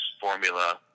formula